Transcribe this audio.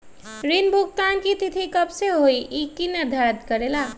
ऋण भुगतान की तिथि कव के होई इ के निर्धारित करेला?